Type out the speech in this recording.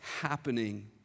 happening